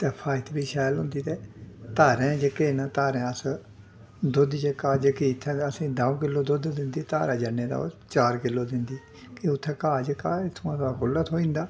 ते फ्हाजत बी शैल होंदी ते धारें जेह्के न धारें अस दुद्ध जेह्का जेह्की इत्थै ते असें गी द'ऊं किलो दुद्ध दिंदी धारें जन्नें ते ओह् चार किलो दिंदी कि उत्थेै घा जेह्का इत्थुआं कोला खु'ल्ला थ्होई जंदा